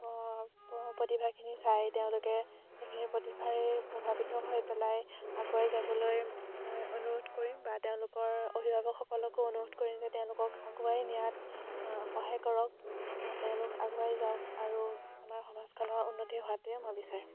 প প্ৰতিভাখিনি চাই তেওঁলোকে সেইখিনি প্ৰতিভাৰে প্ৰভাৱিত হৈ পেলাই আগুৱাই যাবলৈ মই অনুৰোধ কৰিম বা তেওঁলোকৰ অভিভাৱকসকলকো অনুৰোধ কৰিম যে তেওঁলোকক আগুৱাই নিয়াত সহায় কৰক তেওঁলোক আগুৱাই যাওক আৰু আমাৰ সমাজখনৰ উন্নতি হোৱাটোৱে মই বিচাৰিম